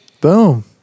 Boom